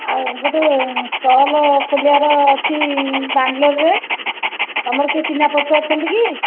ଆଉ ଗୋଟେ ଷ୍ଟଲ ଖୋଲିବାର ଅଛି ବାଙ୍ଗଲୋରରେ ତମର କେହି ଚିହ୍ନା ପରିଚୟ ଅଛନ୍ତି କି